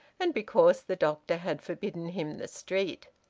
and because the doctor had forbidden him the street.